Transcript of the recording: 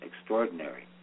extraordinary